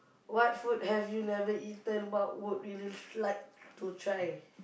what food have you never eaten but would really like to try